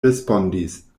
respondis